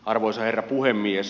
arvoisa herra puhemies